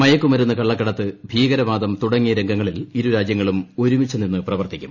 മയക്കുമരുന്ന് കള്ളിക്ക്ടത്ത് ഭീകരവാദം തുടങ്ങിയ രംഗങ്ങളിൽ ഇരു രാജ്യ്ങളും ഒരുമിച്ച് നിന്ന് പ്രവർത്തിക്കും